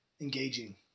engaging